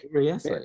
yes